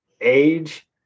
age